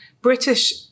British